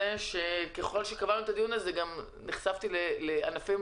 וככל שקבענו את הדיון הזה נחשפתי גם לענפים